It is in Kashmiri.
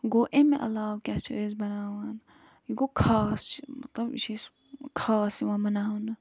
گوٚو اَمہِ علاوٕ کیٛاہ چھِ أسۍ بناوان یہِ گوٚو خاص چھِ مطلب یہِ چھِ أسۍ خاص یِوان بناونہٕ